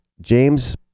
James